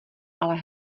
ale